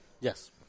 Yes